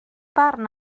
barn